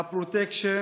הפרוטקשן,